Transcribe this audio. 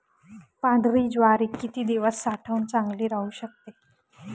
पांढरी ज्वारी किती दिवस साठवून चांगली राहू शकते?